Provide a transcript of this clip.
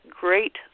great